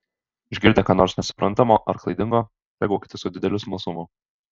išgirdę ką nors nesuprantamo ar klaidingo reaguokite su dideliu smalsumu